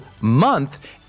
month